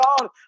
God